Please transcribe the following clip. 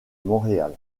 montréal